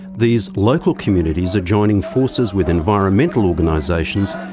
these local communities are joining forces with environmental organisation,